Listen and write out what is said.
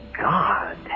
God